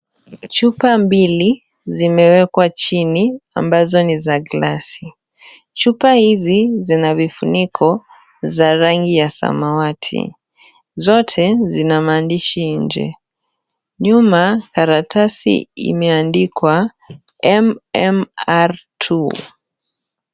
Chupa mbili, zimewekwa chini, ambazo ni za glasi. Chupa hizi zina vifuniko za rangi ya samawati. Zote, zina maandishi nje. Nyuma, karatasi imeandikwa MMR2.